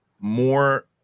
more